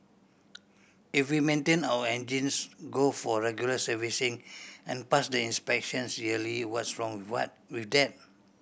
if we maintain our engines go for regular servicing and pass the inspections yearly what's wrong what with that